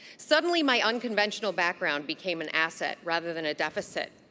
suddenly, my unconventional background became an asset rather than a deficit.